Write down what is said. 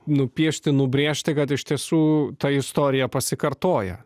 nupiešti nubrėžti kad iš tiesų ta istorija pasikartoja